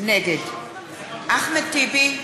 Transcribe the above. נגד אחמד טיבי,